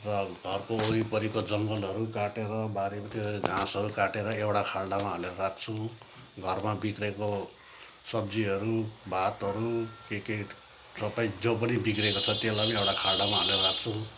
र घरको वरिपरिको जङ्गलहरू काटेर बारीतिर घाँसहरू काटेर एउटा खाल्डामा हालेर राख्छु घरमा बिग्रिएको सब्जीहरू भातहरू के के सबै जो पनि बिग्रिएको छ त्यलाई एउटा खाल्डामा हालेर राख्छौँ